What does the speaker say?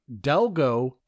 delgo